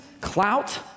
clout